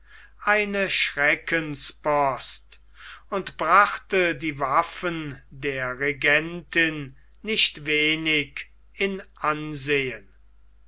eine schreckenspost und brachte die waffen der regentin nicht wenig in ansehen